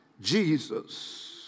Jesus